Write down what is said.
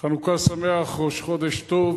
חנוכה שמח, ראש חודש טוב.